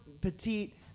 petite